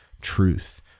truth